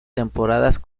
temporadas